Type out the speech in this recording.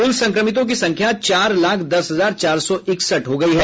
कुल संक्रमितों की संख्या चार लाख दस हजार चार सौ इकसठ हो गई है